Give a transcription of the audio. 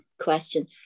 question